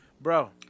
Bro